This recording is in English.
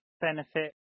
benefit